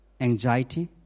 anxiety